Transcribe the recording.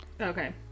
Okay